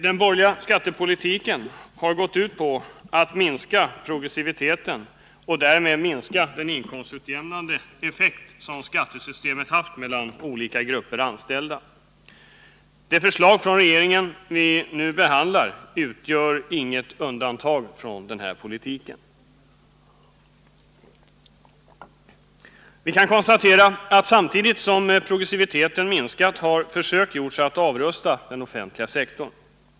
Den borgerliga skattepolitiken har gått ut på att minska progressiviteten och därmed minska den inkomstutjämnande effekt som skattesystemet haft mellan olika grupper anställda. Det förslag från regeringen vi nu behandlar utgör inget undantag från den politiken. Vi kan konstatera att samtidigt som progressiviteten minskat har försök gjorts att avrusta den offentliga sektorn.